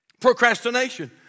Procrastination